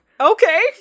okay